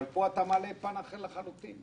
פה אתה מעלה פן אחר לחלוטין.